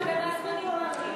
יש להם הגנה זמנית מהמדינה.